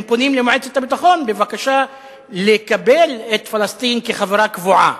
הם פונים למועצת הביטחון בבקשה לקבל את פלסטין כחברה קבועה.